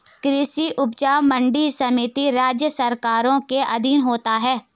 कृषि उपज मंडी समिति राज्य सरकारों के अधीन होता है